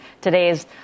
today's